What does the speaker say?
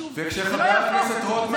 אתם לא רשאים להיכנס לכאן.